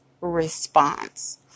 response